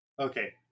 Okay